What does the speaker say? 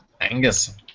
Angus